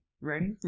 Ready